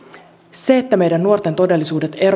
se että meidän nuorten todellisuudet